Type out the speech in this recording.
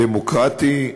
הדמוקרטי,